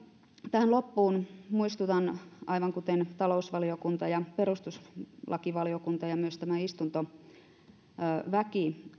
tähän loppuun muistutan aivan kuten talousvaliokunta ja perustuslakivaliokunta ja myös tämä istuntoväki